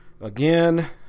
again